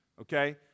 Okay